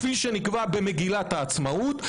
כפי שנקבע במגילת העצמאות,